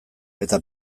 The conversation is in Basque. eta